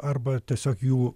arba tiesiog jų